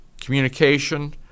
communication